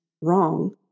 wrong